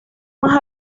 más